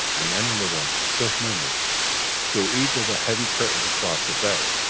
and then with a swift movement drew each of the heavy curtains across the bay.